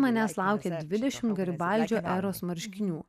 manęs laukė dvidešim garibaldžio eros marškinių